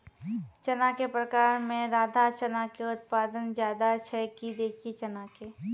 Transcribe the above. चना के प्रकार मे राधा चना के उत्पादन ज्यादा छै कि देसी चना के?